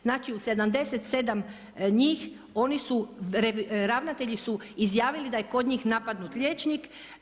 Znači u 77 njih oni su, ravnatelji su izjavili da je kod njih napadnut liječnik.